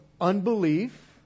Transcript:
unbelief